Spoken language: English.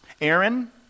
Aaron